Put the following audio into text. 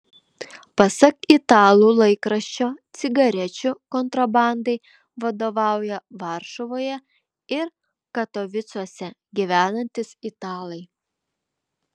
pasak italų laikraščio cigarečių kontrabandai vadovauja varšuvoje ir katovicuose gyvenantys italai